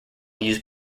used